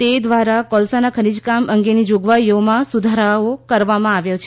તે દ્વારા કોલસાના ખનીજકામ અંગેની જોગવાઇઓમાં સુધારો કરવામાં આવ્યો છે